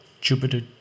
Jupiter